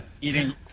Eating